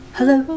Hello